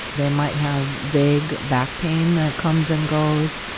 they might have vague back pain that comes and goes.